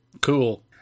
Cool